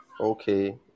okay